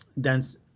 dense